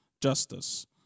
justice